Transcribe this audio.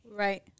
Right